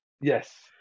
Yes